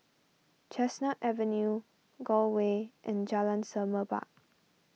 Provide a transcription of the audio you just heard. Chestnut Avenue Gul Way and Jalan Semerbak